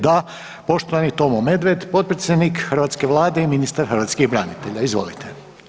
Da, poštovani Tomo Medved, potpredsjednik hrvatske Vlade i ministar hrvatskih branitelja, izvolite.